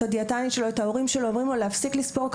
את הדיאטנית שלו ואת ההורים שלו אומרים לו להפסיק לספור קלוריות,